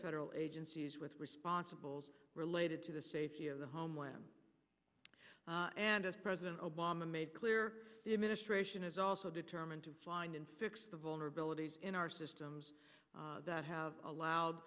federal agencies with responsibles related to the safety of the homeland and as president obama made clear the administration is also determined to find and fix the vulnerabilities in our systems that have allowed